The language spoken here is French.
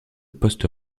post